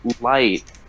light